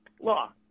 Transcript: law